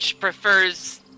prefers